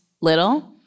little